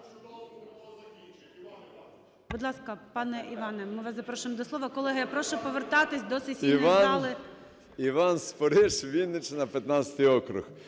Іван Спориш, Вінниччина, 15-й округ.